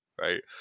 right